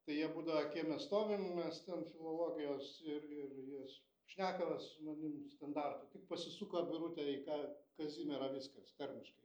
tai jie būdavo kieme stovim mes ten filologijos ir ir jies šneka va su manim standartu tik pasisuko birutė į ka kazimierą viskas tarmiškai